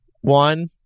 One